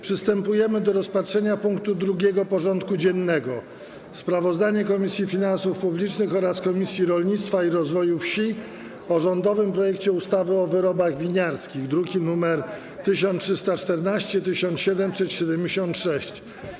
Przystępujemy do rozpatrzenia punktu 2. porządku dziennego: Sprawozdanie Komisji Finansów Publicznych oraz Komisji Rolnictwa i Rozwoju Wsi o rządowym projekcie ustawy o wyrobach winiarskich (druki nr 1314 i 1776)